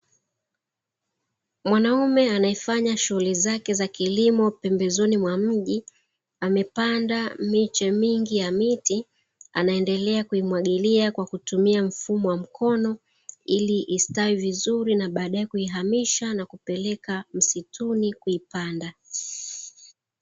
Mwanaume anayefanya shughuli zake za kilimo pembezoni mwa mji, amepanda miche mingi ya miti, anaendelea kuimwagilia kwa kutumia mfumo wa mkono, ili istawi vizuri na baadae kuihamisha na kupeleka msituni kuipanda.